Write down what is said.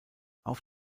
auf